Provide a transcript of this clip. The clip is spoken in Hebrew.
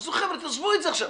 חבר'ה, תעזבו את זה עכשיו.